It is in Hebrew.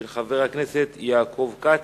הצעה לסדר-היום של חבר הכנסת יעקב כץ,